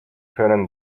können